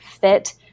fit